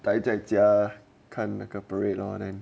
待在家看那个 parade lor then